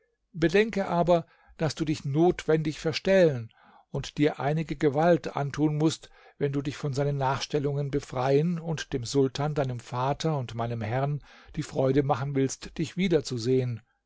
bedenke aber daß du dich notwendig verstellen und dir einige gewalt antun mußt wenn du dich von seinen nachstellungen befreien und dem sultan deinem vater und meinem herrn die freude machen willst dich wieder